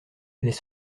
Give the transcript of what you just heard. les